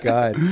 God